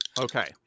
Okay